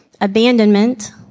abandonment